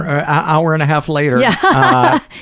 ah an hour and a half later. yeah! but